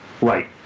right